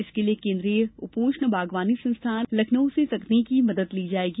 इसके लिये केन्द्रीय उपोष्ण बागवानी संस्थान लखनऊ से तकनीकी मदद ली जायेगी